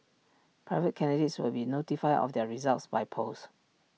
private candidates will be notified of their results by post